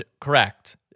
correct